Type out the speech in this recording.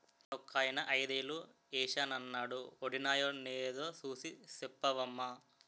నిన్నొకాయన ఐదేలు ఏశానన్నాడు వొడినాయో నేదో సూసి సెప్పవమ్మా